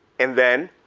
and then,